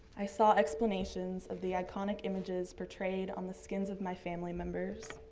i saw explanations of the iconic images portrayed on the skins of my family members.